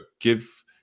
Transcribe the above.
give